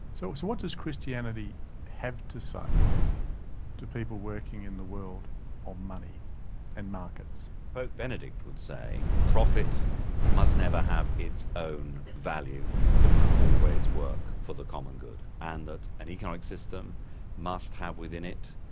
so what does christianity have to say to people working in the world of money and markets? pope benedict would say, profit must never have its own value it must always work for the common good, and that an economic system must have within it,